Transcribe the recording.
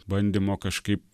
bandymo kažkaip